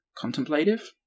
contemplative